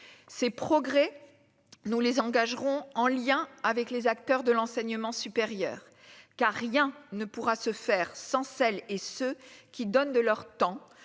ces progrès nous les engagerons en lien avec les acteurs de l'enseignement supérieur, car rien ne pourra se faire sans celles et ceux qui donnent de leur temps